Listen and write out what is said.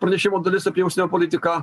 pranešimo dalis apie užsienio politiką